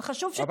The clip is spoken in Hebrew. אבל חשוב שתבין,